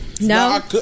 No